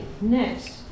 next